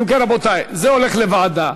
אם כן, רבותי, זה הולך לוועדה.